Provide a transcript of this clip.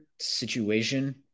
situation